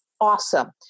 awesome